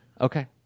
Okay